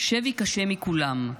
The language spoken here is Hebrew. "שבי קשה מכולם,